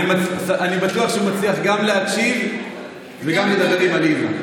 אני בטוח שיצליח גם להקשיב וגם לדבר עם עליזה.